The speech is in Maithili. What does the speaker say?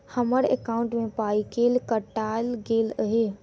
हम्मर एकॉउन्ट मे पाई केल काटल गेल एहि